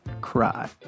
Cry